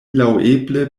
laŭeble